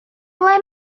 ble